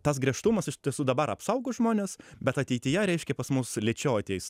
tas griežtumas iš tiesų dabar apsaugo žmones bet ateityje reiškia pas mus lėčiau ateis